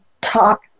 talk